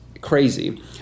crazy